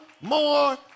more